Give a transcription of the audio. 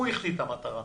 הוא מחטיא את המטרה.